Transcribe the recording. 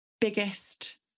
biggest